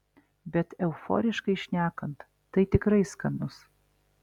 bet euforiškai šnekant tai tikrai skanus